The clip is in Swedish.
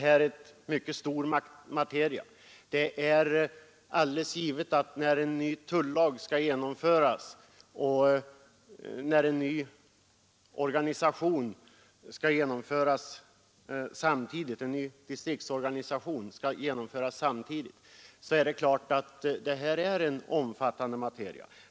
När en ny tullag träder i kraft och en ny distriktsorganisation samtidigt skall genomföras är det naturligtvis fråga om omfattande förändringar.